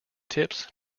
tips